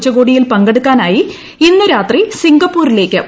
ഉച്ചകോടിയിൽ പങ്കെടുക്കാനായി ഇന്ന് രാത്രി സിംഗപ്പൂരിലേക്ക് പുറപ്പെടും